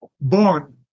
born